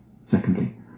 Secondly